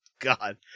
God